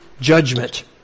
judgment